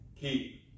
keep